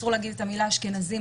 אסור להגיד את המילה אשכנזים,